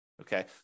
Okay